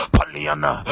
Paliana